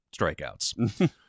strikeouts